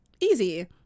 Easy